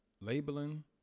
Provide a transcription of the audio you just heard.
Labeling